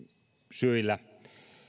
syillä